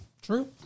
True